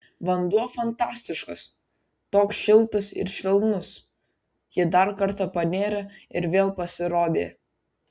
vanduo fantastiškas toks šiltas ir švelnus ji dar kartą panėrė ir vėl pasirodė